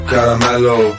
Caramello